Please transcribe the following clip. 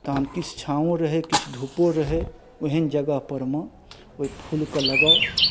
तखन किछ छाँहो रहय किछ धूपो रहय ओहन जगहपर मे ओहि फूलकेँ लगाउ